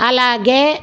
అలాగే